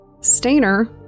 Stainer